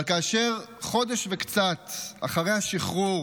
אבל כאשר חודש וקצת אחרי השחרור